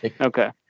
Okay